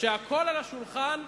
שהכול על השולחן,